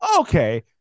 Okay